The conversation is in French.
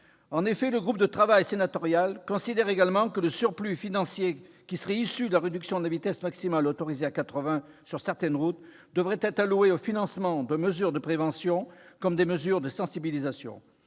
En outre, le groupe de travail sénatorial considère que le surplus financier qui serait issu de la réduction de la vitesse maximale autorisée à 80 kilomètres par heure sur certaines routes devrait être alloué au financement de mesures de prévention, par exemple de sensibilisation.